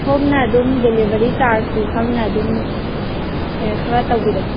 ꯁꯣꯝꯅ ꯑꯗꯨꯝ ꯗꯤꯂꯤꯕꯔꯤ ꯆꯥꯔꯖꯁꯨ ꯈꯪꯅ ꯑꯗꯨꯝ ꯄꯦ ꯈꯔ ꯇꯧꯕꯤꯔꯣ